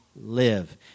Live